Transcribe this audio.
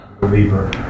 believer